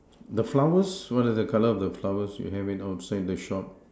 the flowers what is the colour of flowers you have it outside the shop